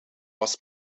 was